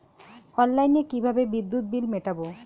অনলাইনে কিভাবে বিদ্যুৎ বিল মেটাবো?